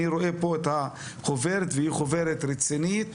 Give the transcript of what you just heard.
אני רואה פה את החוברת, והיא חוברת רצינית.